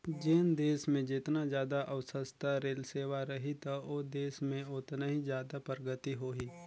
जेन देस मे जेतना जादा अउ सस्ता रेल सेवा रही त ओ देस में ओतनी जादा परगति होही